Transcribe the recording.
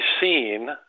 seen